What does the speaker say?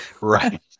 Right